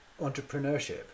entrepreneurship